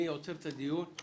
אני עוצר את הדיון.